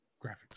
Graphic